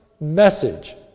message